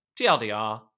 TLDR